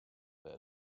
were